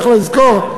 צריך לזכור,